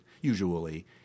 usually